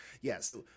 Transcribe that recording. Yes